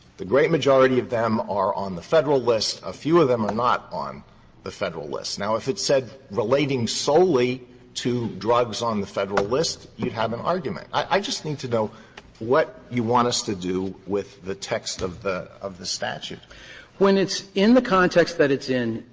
the great majority of them are on the federal list. a few of them are not on the federal list. now, if it said relating solely to drugs on the federal list, you'd have an argument. i just need to know what you want us to do with the text of the of the statute. laramore when it's in the context that it's in,